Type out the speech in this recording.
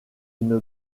une